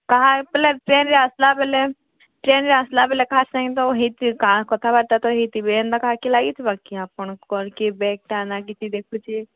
କାହାର୍ ବେଲେ ଟ୍ରେନ୍ରେ ଆସ୍ଲାବେଲେ ଟ୍ରେନ୍ରେ ଆସ୍ଲାବେଲେ କାହାର୍ ସାଙ୍ଗେ ତ ହେଇଥିବେ କାଣା କଥାବାର୍ତ୍ତା ତ ହେଇଥିବେ ଏନ୍ତା କାହାକି ଲାଗିଥିବା କି ଆପଣଙ୍କୁ ବ୍ୟାଗ୍ଟା ନା କିଛି ଦେଖୁଛେ